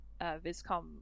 viscom